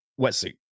wetsuit